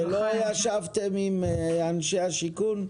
האם לא ישבתם עם אנשי השיכון?